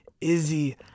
Izzy